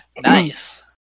Nice